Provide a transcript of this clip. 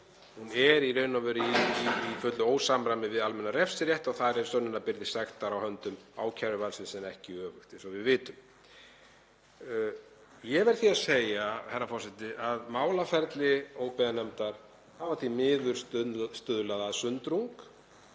er í raun og veru í fullu ósamræmi við almennan refsirétt. Þar er sönnunarbyrði sektar á höndum ákæruvaldsins en ekki öfugt, eins og við vitum. Ég verð því að segja, herra forseti, að málaferli óbyggðanefndar hafa því miður stuðlað að sundrungu.